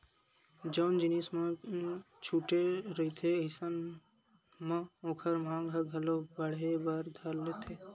जउन जिनिस म छूट रहिथे अइसन म ओखर मांग ह घलो बड़हे बर धर लेथे